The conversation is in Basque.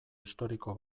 historiko